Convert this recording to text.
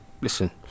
listen